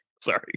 Sorry